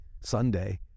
Sunday